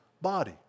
body